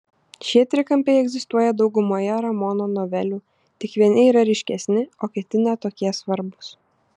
šie trikampiai egzistuoja daugumoje ramono novelių tik vieni yra ryškesni o kiti ne tokie svarbūs